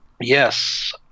yes